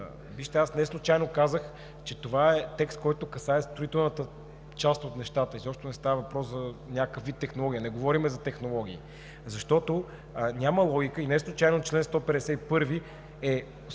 Вижте, аз неслучайно казах, че това е текст, който касае строителната част от нещата. Изобщо не става въпрос за някакъв вид технология, не говорим за технологии. Защото няма логика и неслучайно чл. 151 е